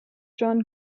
drawn